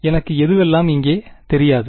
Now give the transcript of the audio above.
எனக்கு எதுவெல்லாம் இங்கே தெரியாது